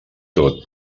tot